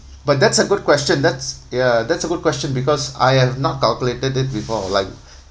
but that's a good question that's ya that's a good question because I have not calculated it before like